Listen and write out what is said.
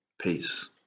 Peace